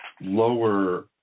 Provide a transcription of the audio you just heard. lower